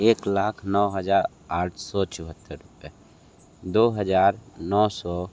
एक लाख नौ हज़ार आठ सौ चोहत्तर रुपये दो हज़ार नौ सौ